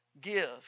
give